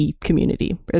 community